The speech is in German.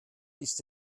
ist